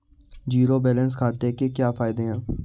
Zero balance खाते के क्या फायदे हैं?